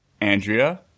Andrea